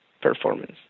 performance